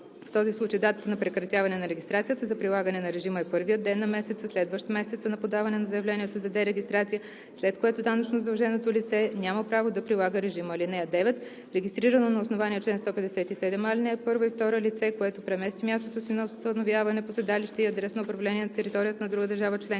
В този случай датата на прекратяване на регистрацията за прилагане на режима е първият ден на месеца, следващ месеца на подаване на заявлението за дерегистрация, след което данъчно задълженото лице няма право да прилага режима. (9) Регистрирано на основание чл. 157а, ал. 1 и 2 лице, което премести мястото си на установяване по седалище и адрес на управление на територията на друга държава членка,